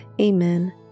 Amen